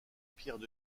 pierres